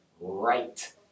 Right